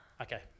Okay